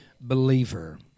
believer